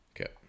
Okay